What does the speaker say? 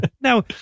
Now